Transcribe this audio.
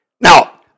Now